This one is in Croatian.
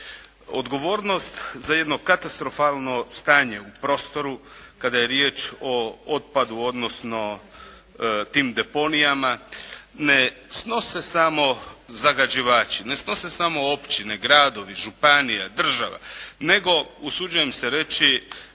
Odgovornost za jedno katastrofalno stanje u prostoru kada je riječ o otpadu, odnosno tim deponijama ne snose samo zagađivači, ne snose samo općine, gradovi, županija, država nego, usuđujem se reći,